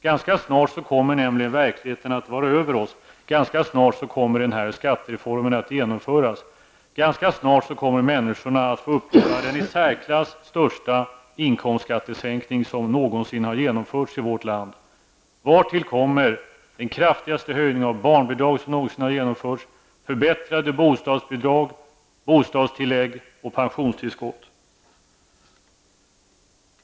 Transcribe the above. Ganska snart kommer nämligen verkligheten att vara över oss, skattereformen att genomföras och människorna få uppleva den i särklass största inkomstskattesänkning som någonsin har genomförts i vårt land. Därtill kommer den kraftigaste höjningen av barnbidrag som någonsin har genomförts, samt förbättringar av bostadsbidrag, bostadstillägg och pensionstillskott.